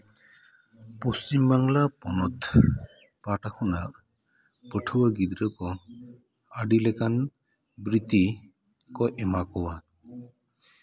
ᱯᱚᱥᱪᱤᱢ ᱵᱟᱝᱞᱟ ᱯᱚᱱᱚᱛ ᱯᱟᱦᱚᱴᱟ ᱠᱷᱚᱱᱟᱜ ᱯᱟᱹᱴᱷᱩᱣᱟᱹ ᱜᱤᱫᱽᱨᱟᱹ ᱠᱚ ᱟᱹᱰᱤ ᱞᱮᱠᱟᱱ ᱵᱨᱤᱛᱛᱤ ᱠᱚ ᱮᱢᱟ ᱠᱚᱣᱟ